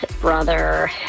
brother